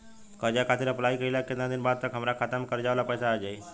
कर्जा खातिर अप्लाई कईला के केतना दिन बाद तक हमरा खाता मे कर्जा वाला पैसा आ जायी?